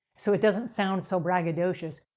so it doesn't sound so braggadocious,